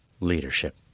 leadership